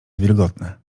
wilgotne